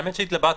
האמת שהתלבטנו.